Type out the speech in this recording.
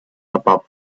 above